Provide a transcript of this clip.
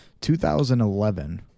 2011